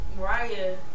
Mariah